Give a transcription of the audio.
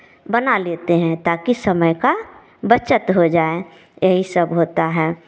बना लेते हैं ताकि समय का बचत हो जाए यही सब होता है